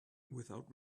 without